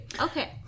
Okay